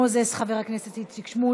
הצעת החוק שלפנינו הולכת לתקן